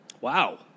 Wow